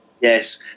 yes